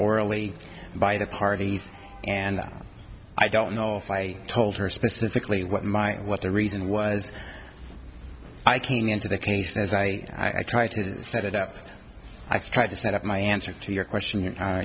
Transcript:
orally by the parties and i don't know if i told her specifically what my what the reason was i came into the case says i i tried to set it up i tried to set up my answer to your question